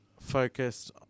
focused